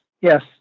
Yes